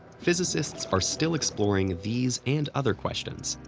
physicists are still exploring these and other questions,